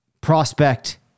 prospect